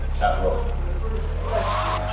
ah top row. the first question